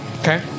Okay